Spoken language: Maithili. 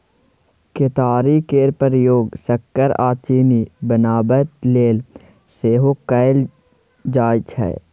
केतारी केर प्रयोग सक्कर आ चीनी बनाबय लेल सेहो कएल जाइ छै